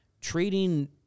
trading